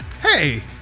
Hey